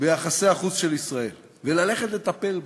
ביחסי החוץ של ישראל, וללכת לטפל בה.